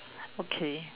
okay